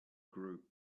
group